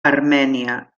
armènia